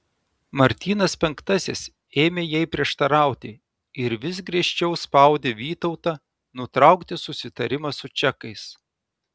martynas penktasis ėmė jai prieštarauti ir vis griežčiau spaudė vytautą nutraukti susitarimą su čekais